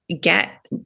get